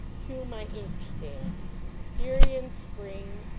to my inkstand pierian spring!